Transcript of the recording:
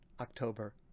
October